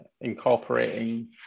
incorporating